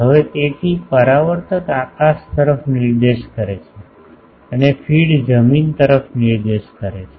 હવે તેથી પરાવર્તક આકાશ તરફ નિર્દેશ કરે છે અને ફીડ જમીન તરફ નિર્દેશ કરે છે